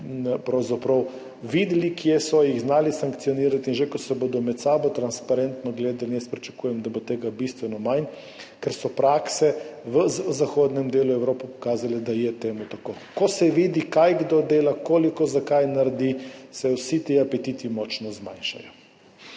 videli, kje so, jih znali sankcionirati. In že ko se bodo med sabo transparentno gledali, pričakujem, da bo tega bistveno manj, ker so prakse v zahodnem delu Evrope pokazale, da je to tako. Ko se vidi, kaj kdo dela, koliko za kaj naredi, se vsi ti apetiti močno zmanjšajo.